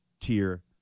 tier